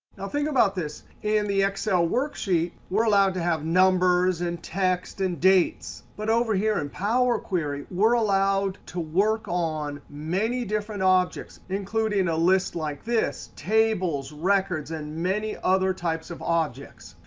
think about this. in the excel worksheet, we are allowed to have numbers and text and dates. but over here in power query, we are allowed to work on many different objects including a list like this. tables, records and many other types of objects.